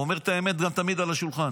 אומר את האמת תמיד על השולחן.